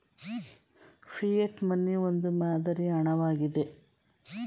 fiat money ಒಂದು ಮಾದರಿಯ ಹಣ ವಾಗಿದೆ